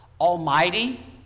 Almighty